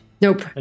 Nope